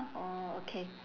orh okay